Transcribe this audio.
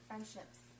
Friendships